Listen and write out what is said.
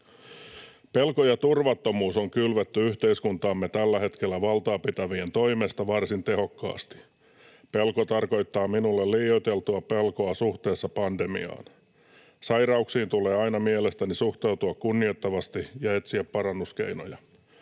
Pelko ja turvattomuus on kylvetty yhteiskuntaamme tällä hetkellä valtaa pitävien toimesta varsin tehokkaasti. Pelko tarkoittaa minulle liioiteltua pelkoa suhteessa pandemiaan. Sairauksiin tulee aina mielestäni suhtautua kunnioittavasti ja etsiä parannuskeinoja.